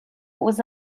aux